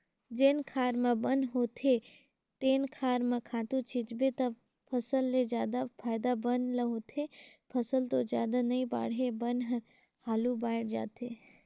जेन खार म बन होथे तेन खार म खातू छितबे त फसल ले जादा फायदा बन ल होथे, फसल तो जादा नइ बाड़हे बन हर हालु बायड़ जाथे